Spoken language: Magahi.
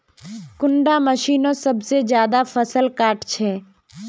कुंडा मशीनोत सबसे ज्यादा फसल काट छै?